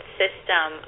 system